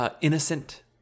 Innocent